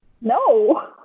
No